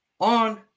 on